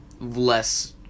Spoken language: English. Less